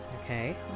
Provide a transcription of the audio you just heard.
Okay